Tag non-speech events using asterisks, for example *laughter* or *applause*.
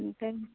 *unintelligible*